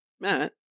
matt